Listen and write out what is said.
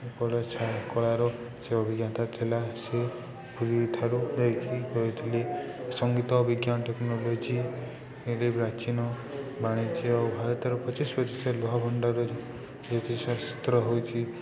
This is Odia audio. ପ୍ରଦର୍ଶନ କଳାର ସେ ଅଭିଜ୍ଞତା ଥିଲା ସେ ପୁରୀଠାରୁ ନେଇକି କରିଥିଲି ସଙ୍ଗୀତ ବିଜ୍ଞାନ ଟେକ୍ନୋଲୋଜିରେ ପ୍ରାଚୀନ ବାଣିଜ୍ୟ ଓ ଭାରତର ଜ୍ୟୋତିଷ ଶାସ୍ତ୍ର ହେଉଛି